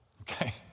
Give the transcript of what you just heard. Okay